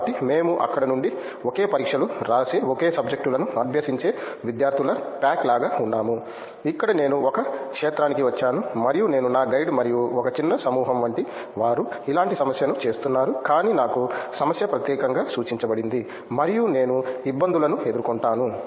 కాబట్టి మేము అక్కడ నుండి ఒకే పరీక్షలు రాసే ఒకే సబ్జెక్టులను అభ్యసించే విద్యార్థుల ప్యాక్ లాగా ఉన్నాము ఇక్కడ నేను ఒక క్షేత్రానికి వచ్చాను మరియు నేను నా గైడ్ మరియు ఒక చిన్న సమూహం వంటి వారు ఇలాంటి సమస్యను చేస్తున్నారు కాని నాకు సమస్య ప్రత్యేకంగా సూచించబడింది మరియు నేను ఇబ్బందులను ఎదుర్కొంటాను